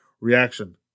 reaction